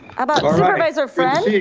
about supervisor friend.